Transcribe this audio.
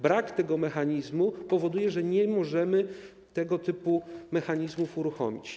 Brak tego mechanizmu powoduje, że nie możemy tego typu mechanizmów uruchomić.